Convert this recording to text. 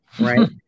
Right